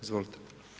Izvolite.